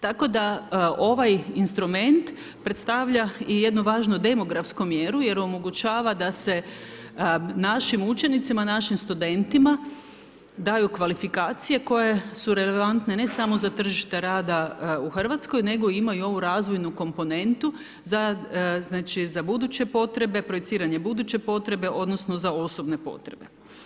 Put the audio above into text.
Tako da ovaj instrument predstavlja i jednu važnu demografsku mjeru jer omogućava da se našim učenicima, našim studentima daju kvalifikacije koje su relevantne ne samo za tržište rada u Hrvatskoj nego ima i ovu razvojnu komponentu za buduće potrebe, projiciranje buduće potrebe odnosno za osobne potrebe.